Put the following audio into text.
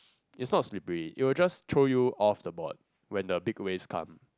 it's not slippery it will just throw you off the board when the big waves come